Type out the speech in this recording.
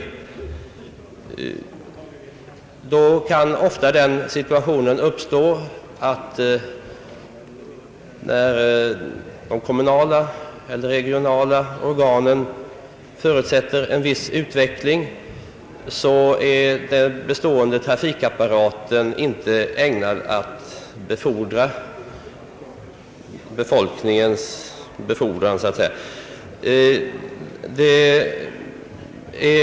Då kan ofta den situationen uppstå, att när de kommunala och regionala organen förutsätter en viss utveckling, så är den bestående trafikapparaten inte ägnad att befordra befolkningens befordran, om det uttrycket kan tillåtas.